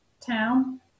town